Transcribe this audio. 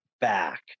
back